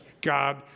God